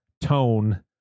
tone